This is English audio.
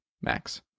Max